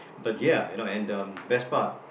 but ya you know and um that's part